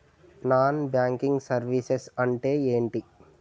Non banking services అంటే ఎంటి?